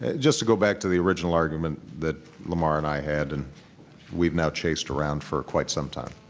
just to go back to the original argument that lamar and i had and we've now chased around for quite some time.